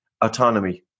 autonomy